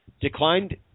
declined